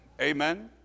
Amen